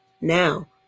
Now